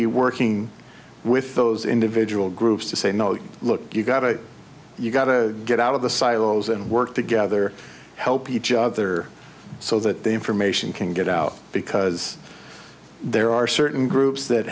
we working with those individual groups to say no look you've got to you've got to get out of the silos and work together help each other so that the information can get out because there are certain groups that